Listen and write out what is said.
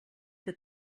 que